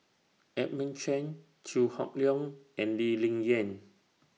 Edmund Chen Chew Hock Leong and Lee Ling Yen